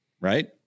right